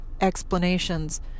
explanations